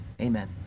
Amen